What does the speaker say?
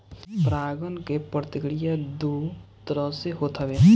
परागण के प्रक्रिया दू तरह से होत हवे